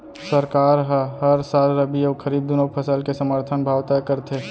सरकार ह हर साल रबि अउ खरीफ दूनो फसल के समरथन भाव तय करथे